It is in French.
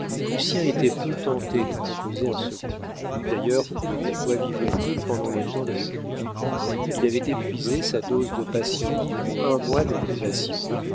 roman lucien était peu tenté d'en composer un second d'ailleurs de quoi vivrait il pendant le temps de l'écrire il avait épuisé sa dose de patience durant un mois de privations